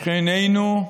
שכנינו,